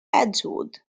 edgewood